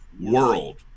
world